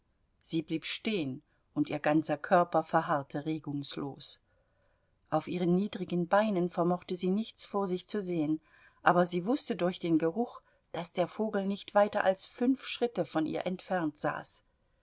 sie blieb stehen und ihr ganzer körper verharrte regungslos auf ihren niedrigen beinen vermochte sie nichts vor sich zu sehen aber sie wußte durch den geruch daß der vogel nicht weiter als fünf schritte von ihr entfernt saß